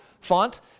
font